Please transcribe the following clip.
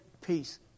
peace